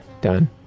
done